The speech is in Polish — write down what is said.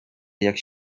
jak